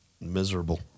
miserable